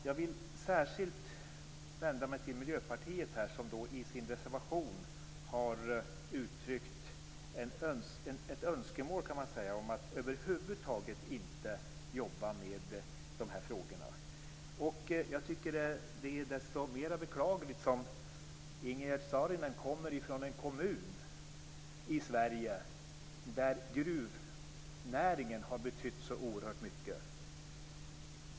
Jag vill särskilt vända mig till Miljöpartiet som i sin reservation har uttryckt ett önskemål om att man över huvud taget inte vill jobba med dessa frågor. Jag tycker att det är desto mer beklagligt då Ingegerd Saarinen kommer från en kommun i Sverige där gruvnäringen har betytt så oerhört mycket.